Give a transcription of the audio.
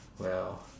well